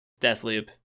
Deathloop